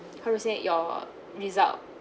how to say your result